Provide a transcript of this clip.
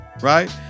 Right